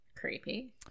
creepy